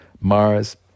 Mars